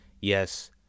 Yes